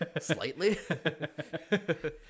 Slightly